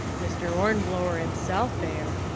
mr. ornblower, imself, air.